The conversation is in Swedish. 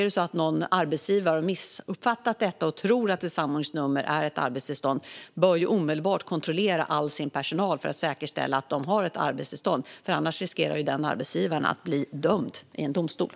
Den arbetsgivare som har missuppfattat detta och tror att ett samordningsnummer är ett arbetstillstånd bör omedelbart kontrollera all sin personal för att säkerställa att de har ett arbetstillstånd. Annars riskerar den arbetsgivaren att bli dömd i en domstol.